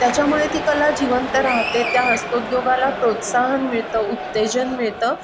त्याच्यामुळे ती कला जीवंत राहते त्या हस्तोद्योगाला प्रोत्साहन मिळतं उत्तेजन मिळतं